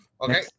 Okay